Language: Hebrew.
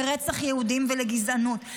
לרצח יהודים ולגזענות.